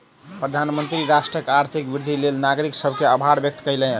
प्रधानमंत्री राष्ट्रक आर्थिक वृद्धिक लेल नागरिक सभ के आभार व्यक्त कयलैन